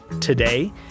today